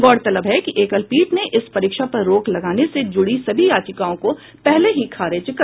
गौरतलब है कि एकलपीठ ने इस परीक्षा पर रोक लगाने से जुड़ी सभी याचिकाओं को पहले ही खारिज कर चुकी थी